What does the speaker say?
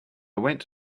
went